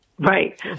Right